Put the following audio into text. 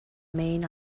main